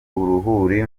uruhuri